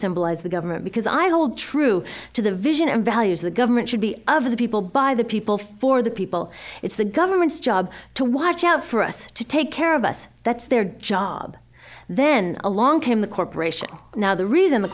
symbolize the government because i hold true to the vision and values the government should be of the people by the people for the people it's the government's job to watch out for us to take care of us that's their job then along came the corporation now the reason the